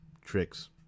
tricks